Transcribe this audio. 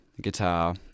guitar